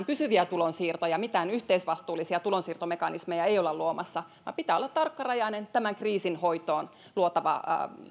pysyviä tulonsiirtoja mitään yhteisvastuullisia tulonsiirtomekanismeja ei olla luomassa vaan pitää olla tarkkarajainen tämän kriisin hoitoon luotava